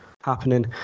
happening